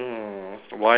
why australia